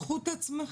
קחו את עצמכם,